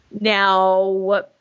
Now